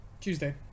tuesday